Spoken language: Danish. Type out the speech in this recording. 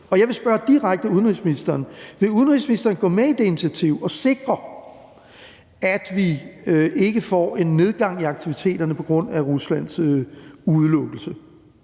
Jeg vil spørge udenrigsministeren direkte: Vil udenrigsministeren gå med i det initiativ og sikre, at vi ikke får en nedgang i aktiviteterne på grund af Ruslands udelukkelse?